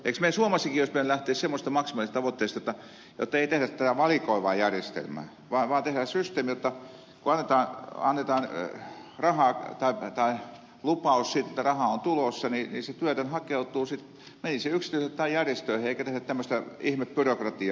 eikö meillä suomessakin olisi pitänyt lähteä semmoisesta maksimaalisesta tavoitteesta jottei tehdä tätä valikoivaa järjestelmää vaan tehdään systeemi jotta kun annetaan rahaa tai lupaus siitä että rahaa on tulossa niin se työtön hakeutuu sitten työhön meni hän yksityiselle tai järjestöihin eikä tehdä tämmöistä ihme byrokratiaa